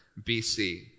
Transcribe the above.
BC